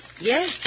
Yes